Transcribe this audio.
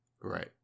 Right